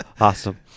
Awesome